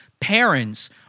parents